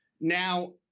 Now